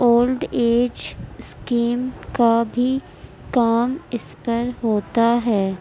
old age scheme کا بھی کام اس پر ہوتا ہے